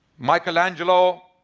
michelangelo,